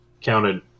counted